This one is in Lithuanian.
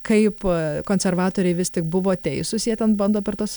kaipo konservatoriai vis tik buvo teisūs jie ten bando per tuos